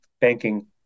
banking